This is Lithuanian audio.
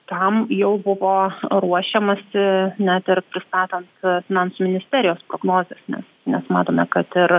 tam jau buvo ruošiamasi net ir pristatant finansų ministerijos prognozes nes nes matome kad ir